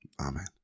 Amen